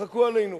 שצחקו עלינו,